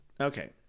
Okay